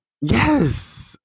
yes